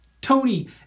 Tony